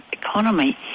Economy